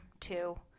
two